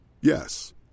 Yes